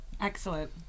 Excellent